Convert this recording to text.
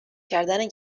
کردن